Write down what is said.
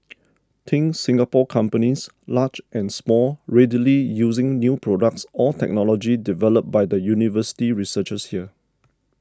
think Singapore companies large and small readily using new products or technology developed by the university researchers here